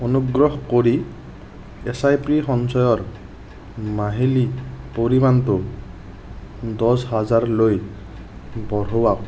অনুগ্ৰহ কৰি S I P সঞ্চয়ৰ মাহিলী পৰিমাণটো দহ হাজাৰলৈ লৈ বঢ়াওক